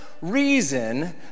reason